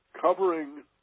covering